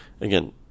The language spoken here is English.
Again